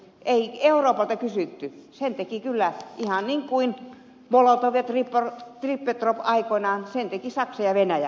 ei euroopalta kysytty sen tekivät kyllä ihan niin kuin molotov ja ribbentrop aikoinaan saksa ja venäjä